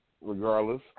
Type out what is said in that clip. regardless